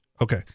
okay